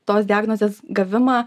tos diagnozės gavimą